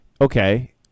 Okay